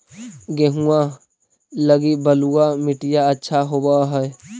गेहुआ लगी बलुआ मिट्टियां अच्छा होव हैं?